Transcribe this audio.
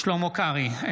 שלמה קרעי,